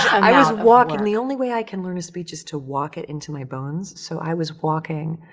i was walking. the only way i can learn a speech is to walk it into my bones, so i was walking,